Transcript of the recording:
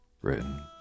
written